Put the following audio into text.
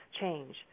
change